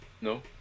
No